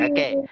Okay